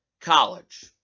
college